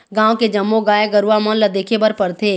गाँव के जम्मो गाय गरूवा मन ल देखे बर परथे